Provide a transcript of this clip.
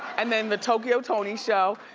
and then the tokyo toni show,